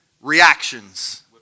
reactions